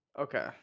Okay